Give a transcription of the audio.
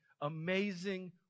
amazing